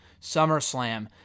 SummerSlam